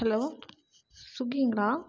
hello ஸ்விக்கிங்களா